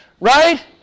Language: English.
Right